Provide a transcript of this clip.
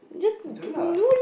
just do it lah